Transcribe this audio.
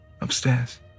upstairs